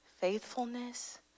faithfulness